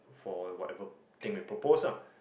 for whatever thing we propose ah